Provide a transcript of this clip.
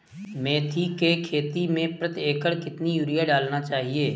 मेथी के खेती में प्रति एकड़ कितनी यूरिया डालना चाहिए?